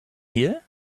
here